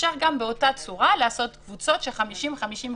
אפשר גם באותה צורה לעשות קבוצות של 50, 50,